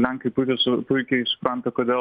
lenkai puikiai su puikiai supranta kodėl